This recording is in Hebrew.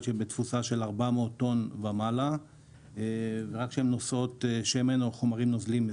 שבתפוסה של 400 טון ומעלה חומרי מטען מזיקים,